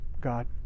God